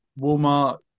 Walmart